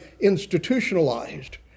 institutionalized